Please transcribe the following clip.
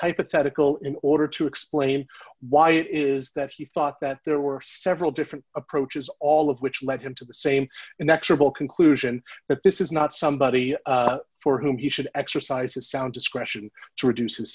hypothetical in order to explain why it is that he thought that there were several different approaches all of which led him to the same inexorable conclusion that this is not somebody for whom he should exercise a sound discretion to reduce